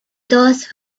those